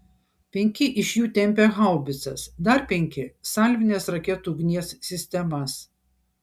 penki iš jų tempė haubicas dar penki salvinės raketų ugnies sistemas